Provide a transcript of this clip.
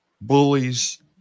bullies